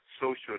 social